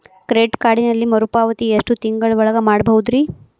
Credit ಕಾರ್ಡಿನಲ್ಲಿ ಮರುಪಾವತಿ ಎಷ್ಟು ತಿಂಗಳ ಒಳಗ ಮಾಡಬಹುದ್ರಿ?